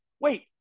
Wait